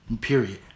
Period